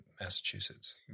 Massachusetts